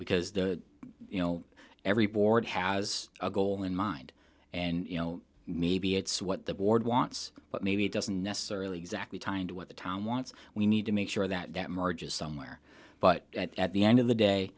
because the you know every board has a goal in mind and you know maybe it's what the board wants but maybe it doesn't necessarily exactly tined what the town wants we need to make sure that that emerges somewhere but at the end of the